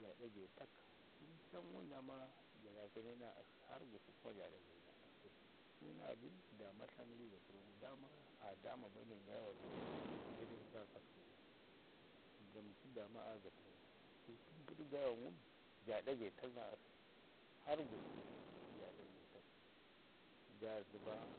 ja ɗa getak. Tən can ngum dama ja raakəne naa akshi harr gusku kuma ja ɗa gayi naa akshi su naa bini daama tlan gəri ii gatərr gu, daa ma aa daama bai nəngaiwa rro se dai kə kaakasku. Nda məci daama aa gatərr gu. Su tən pəɗək gaiwan ngum ja da getak naa akshi harr gusku ja ɗa getak. Ja zəba